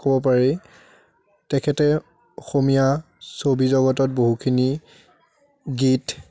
ক'ব পাৰি তেখেতে অসমীয়া ছবি জগতত বহুখিনি গীত